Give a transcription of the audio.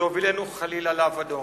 להובילנו חלילה לאבדון.